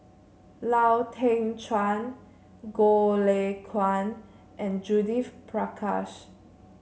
Lau Teng Chuan Goh Lay Kuan and Judith Prakash